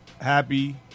happy